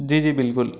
जी जी बिल्कुल